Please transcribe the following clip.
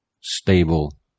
stable